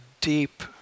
deep